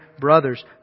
brothers